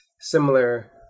similar